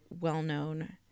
well-known